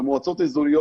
במועצות האזוריות,